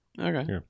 Okay